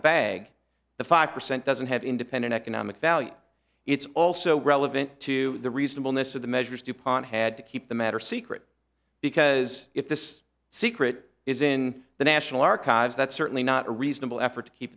the bag the five percent doesn't have independent economic value it's also relevant to the reasonableness of the measures dupont had to keep the matter secret because if this secret is in the national archives that's certainly not a reasonable effort to keep